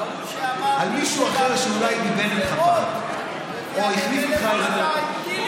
ההוא שאמר שדין תל אביב כדין שדרות והביא עליהם,